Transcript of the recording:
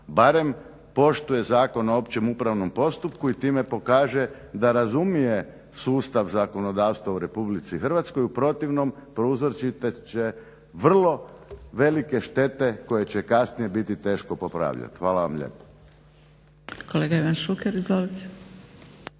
barem poštuje Zakon o općem upravnom postupku i time pokaže da razumije sustav zakonodavstva u Republici Hrvatskoj u protivnom prouzročiti će vrlo velike štete koje će kasnije biti teško popravljati. Hvala vam lijepo.